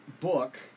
book